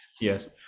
Yes